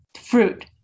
fruit